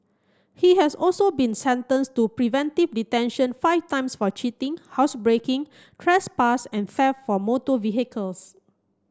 he has also been sentenced to preventive detention five times for cheating housebreaking trespass and theft of motor vehicles